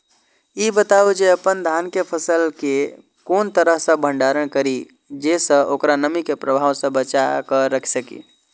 ई बताऊ जे अपन धान के फसल केय कोन तरह सं भंडारण करि जेय सं ओकरा नमी के प्रभाव सं बचा कय राखि सकी?